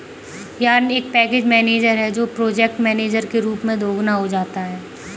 yarn एक package manager है जो प्रोजेक्ट मैनेजर के रूप में दोगुना हो जाता है